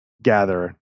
Gather